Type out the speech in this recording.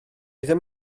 ddim